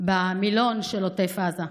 במילון של עוטף עזה,